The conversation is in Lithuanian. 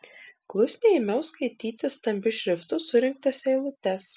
klusniai ėmiau skaityti stambiu šriftu surinktas eilutes